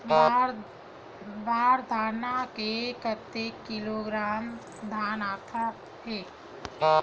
बार दाना में कतेक किलोग्राम धान आता हे?